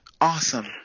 Awesome